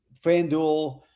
FanDuel